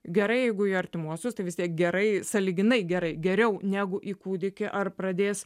gerai jeigu į artimuosius tai vis tiek gerai sąlyginai gerai geriau negu į kūdikį ar pradės